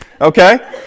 okay